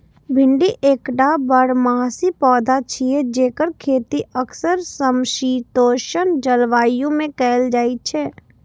भिंडी एकटा बारहमासी पौधा छियै, जेकर खेती अक्सर समशीतोष्ण जलवायु मे कैल जाइ छै